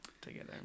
together